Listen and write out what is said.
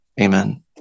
amen